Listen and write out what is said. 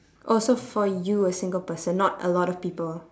oh so for you a single person not a lot of people